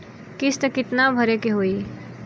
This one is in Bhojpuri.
किस्त कितना भरे के होइ?